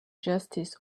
justice